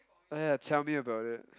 oh ya tell me about it